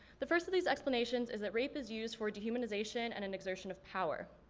the first of these explanations is that rape is used for dehumanization and an exertion of power.